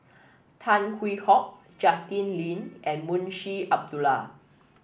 Tan Hwee Hock Justin Lean and Munshi Abdullah